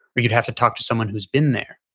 well you'd have to talk to someone who's been there.